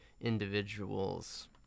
individuals